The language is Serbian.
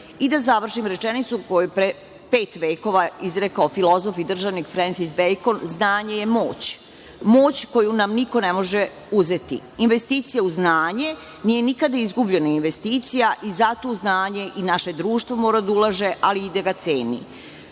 I da završim rečenicu koju je pre pet vekova izrekao filozof i državnik Frensis Bejkon – znanje je moć. Moć koju nam niko ne može uzeti. Investicija u znanje nije nikada izgubljena investicija i zato u znanje i naše društvo mora da ulaže, ali i da ga ceni.U